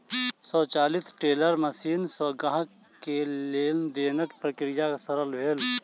स्वचालित teller machine सॅ ग्राहक के लेन देनक प्रक्रिया सरल भेल